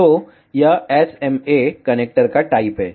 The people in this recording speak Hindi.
तो यह SMA कनेक्टर का टाइप है